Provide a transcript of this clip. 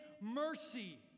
mercy